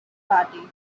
party